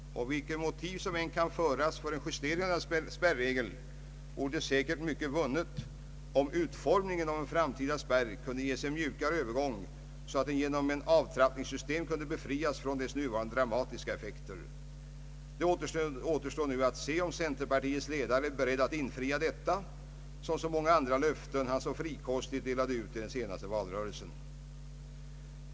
Vilket motiv som än kan anföras för en justering av denna spärregel, vore säkert mycket vunnet om utformningen av en framtida spärr kunde ges en mjukare övergång så att den genom ett avtrappningssystem kunde befrias från sina nuvarande dramatiska effekter. Det återstår nu att se om centerpartiets ledare är beredd att infria detta, som så många andra löften, han så frikostigt delade ut i den senaste valrörelsen.